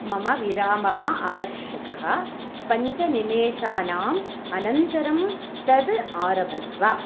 मम विरामः अवश्यकः पञ्च निमेषाणाम् अनन्तरं तद् आरभस्व